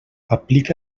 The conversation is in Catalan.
aplica